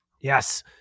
Yes